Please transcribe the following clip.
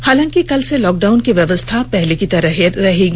हालांकि कल से लॉकडॉउन की व्यवस्था पहले की तरह रहेगी